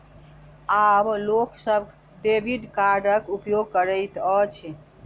आब लोक सभ डेबिट कार्डक उपयोग करैत अछि